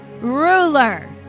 Ruler